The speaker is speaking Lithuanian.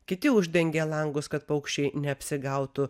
kiti uždengia langus kad paukščiai neapsigautų